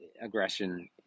aggression